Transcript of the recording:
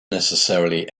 necessarily